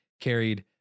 carried